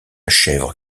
chèvre